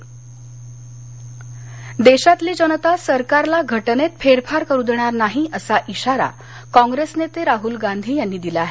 राहल गांधी देशातली जनता सरकारला घटनेत फेरफार करू देणार नाही असा इशारा काँप्रेस नेते राहूल गांधी यांनी दिला आहे